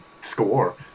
score